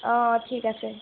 অঁ ঠিক আছে